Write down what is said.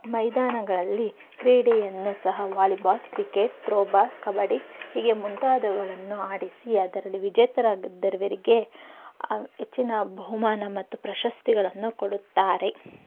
ಮೈದಾನಗಳಲ್ಲಿ ಕ್ರೀಡೆಯನ್ನು ಸಹ volleyball cricket throw ball kabaddi ಹೀಗೆ ಮುಂತಾದವುಗಳನ್ನು ಆಡಿಸಿ ಅದರಲ್ಲಿ ವಿಜೇತರಾದವರಿಗೆ ಹೆಚ್ಚಿನ ಬಹುಮಾನ ಮತ್ತು ಪ್ರಶಸ್ತಿಗಳನ್ನು ಕೊಡುತ್ತಾರೆ